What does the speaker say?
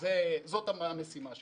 זאת המשימה שלנו.